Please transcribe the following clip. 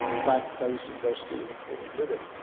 fact-based investigative reporting with it,